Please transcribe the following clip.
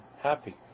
happy